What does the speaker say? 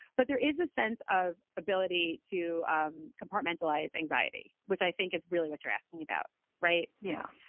but there is a sense of ability to um compartmentalize anxiety, which i think is really what you're asking about right. you know,